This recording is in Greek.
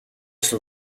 στο